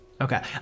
Okay